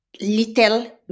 Little